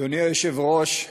אדוני היושב-ראש,